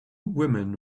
women